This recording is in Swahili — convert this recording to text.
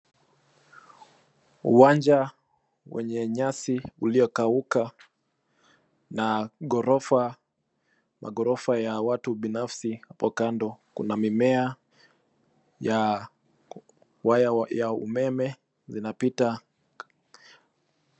Uwanja wenye nyasi uliokauka na ghorofa, maghorofa ya watu binafsi. Hapo kando kuna mimea ya waya ya, wa umeme zinapita.